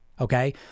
Okay